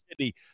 City